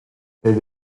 elle